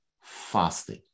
fasting